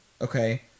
okay